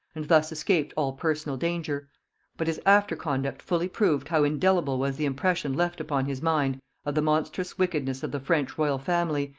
and thus escaped all personal danger but his after-conduct fully proved how indelible was the impression left upon his mind of the monstrous wickedness of the french royal family,